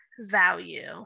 value